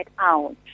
out